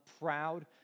proud